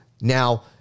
Now